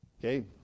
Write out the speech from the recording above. Okay